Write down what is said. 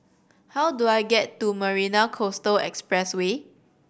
how do I get to Marina Coastal Expressway